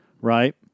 right